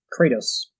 Kratos